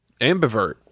Ambivert